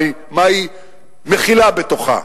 מה היא מכילה בתוכה.